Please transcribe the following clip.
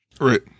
Right